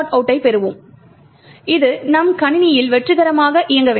out ஐப் பெறுவோம் இது நம் கணினியில் வெற்றிகரமாக இயங்க வேண்டும்